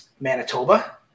Manitoba